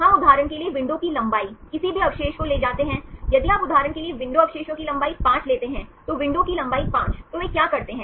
हम उदाहरण के लिए विंडो की लंबाई किसी भी अवशेष को ले जाते हैं यदि आप उदाहरण के लिए विंडो अवशेषों की लंबाई 5 लेते हैं तो विंडो की लंबाई 5 तो वे क्या करते हैं